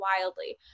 wildly